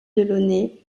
delaunay